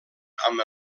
amb